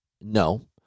No